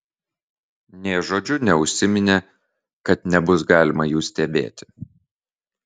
nė žodžiu neužsiminė kad nebus galima jų stebėti